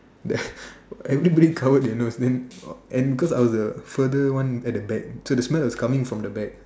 then everybody covered their nose then and because I was the further one at the back so the smell was coming from the back